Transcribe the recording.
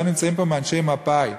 לא נמצאים מאנשי מפא"י,